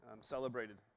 celebrated